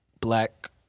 Black